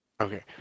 Okay